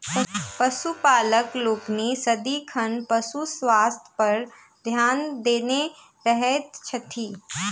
पशुपालक लोकनि सदिखन पशु स्वास्थ्य पर ध्यान देने रहैत छथि